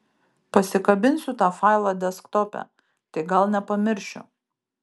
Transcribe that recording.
pasikabinsiu tą failą desktope tai gal nepamiršiu